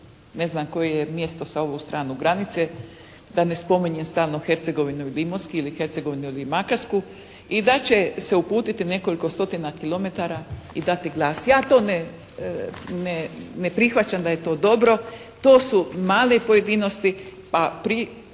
ne znam koje je mjesto sa ovu stranu granice da ne spominjem stalno Hercegovinu ili Imotski ili Hercegovinu ili Makarsku i da će se uputiti nekoliko stotina kilometara i dati glas. Ja to ne prihvaćam da je to dobro. To su male pojedinosti, a s